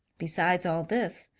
besides all this,